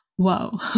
Wow